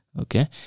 Okay